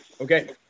Okay